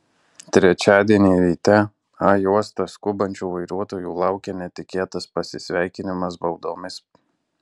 trečiadienį ryte a juosta skubančių vairuotojų laukė netikėtas pasisveikinimas baudomis